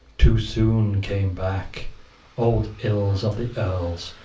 too soon came back old ills of the earls,